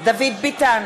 דוד ביטן,